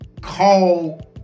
call